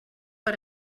per